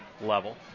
level